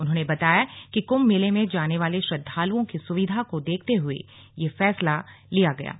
उन्होंने बताया कि कुंभ मेले में जाने वाले श्रद्धालुओं की सुविधा को देखते हुए ये फैसला लिया गया है